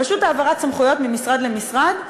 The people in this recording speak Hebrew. פשוט העברת סמכויות ממשרד למשרד.